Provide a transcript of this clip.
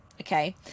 Okay